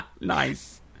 Nice